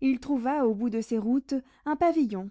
il trouva au bout de ces routes un pavillon